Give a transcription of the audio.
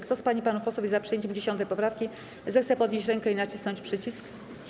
Kto z pań i panów posłów jest za przyjęciem 10. poprawki, zechce podnieść rękę i nacisnąć przycisk.